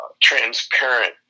transparent